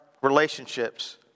relationships